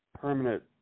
permanent